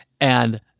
and-